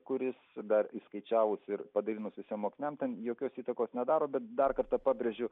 kuris dar įskaičiavus ir padalinus visiems mokiniams ten jokios įtakos nedaro bet dar kartą pabrėžiu